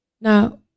Now